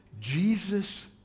Jesus